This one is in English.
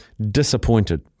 Disappointed